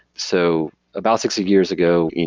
so about sixty years ago,